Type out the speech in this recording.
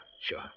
sure